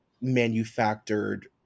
manufactured